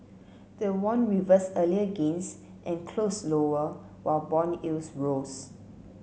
the won reversed earlier gains and closed lower while bond yields rose